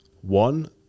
One